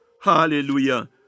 hallelujah